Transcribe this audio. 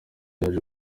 yaje